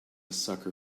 sucker